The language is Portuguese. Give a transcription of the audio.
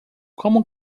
como